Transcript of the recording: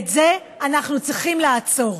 ואת זה אנחנו צריכים לעצור.